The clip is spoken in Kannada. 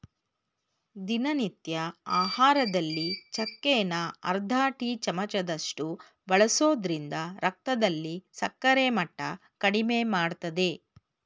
ದಿನನಿತ್ಯ ಆಹಾರದಲ್ಲಿ ಚಕ್ಕೆನ ಅರ್ಧ ಟೀ ಚಮಚದಷ್ಟು ಬಳಸೋದ್ರಿಂದ ರಕ್ತದಲ್ಲಿ ಸಕ್ಕರೆ ಮಟ್ಟ ಕಡಿಮೆಮಾಡ್ತದೆ